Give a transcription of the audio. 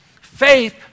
Faith